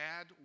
add